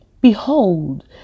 Behold